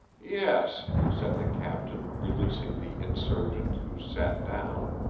yes, said the captain, releasing the insurgent, who sat down,